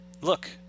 Look